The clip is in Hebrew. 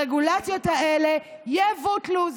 הרגולציות האלה יבוטלו.